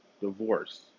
divorce